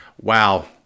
wow